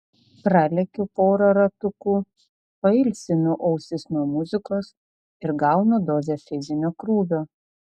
pralekiu porą ratukų pailsinu ausis nuo muzikos ir gaunu dozę fizinio krūvio